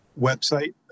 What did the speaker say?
website